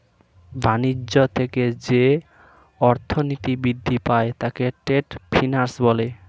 বাণিজ্য থেকে যে অর্থনীতি বৃদ্ধি পায় তাকে ট্রেড ফিন্যান্স বলে